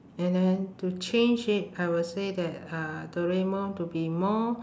and then to change it I would say that uh doraemon to be more